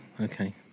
okay